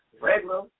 regular